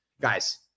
guys